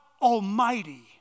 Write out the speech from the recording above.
Almighty